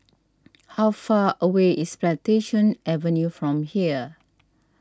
how far away is Plantation Avenue from here